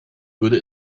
würde